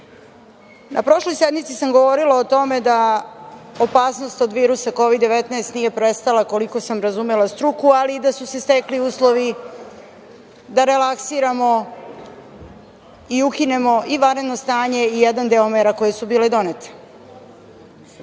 prošloj sednici sam govorila o tome da opasnost od virusa Kovid-19 nije prestala, koliko sam razumela struku, ali da su se stekli uslovi da relaksiramo i ukinemo i vanredno stanje i jedan deo mera koje su bile donete.U